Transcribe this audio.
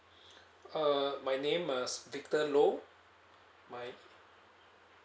uh my name as victor loh my